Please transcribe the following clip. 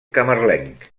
camarlenc